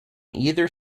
either